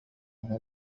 على